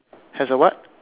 has a what